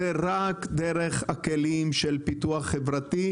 זה רק דרך הכלים של פיתוח חברתי,